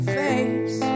face